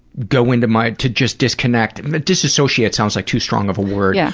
go into my to just disconnect but disassociate sounds like too strong of a word, yeah